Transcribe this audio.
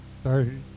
started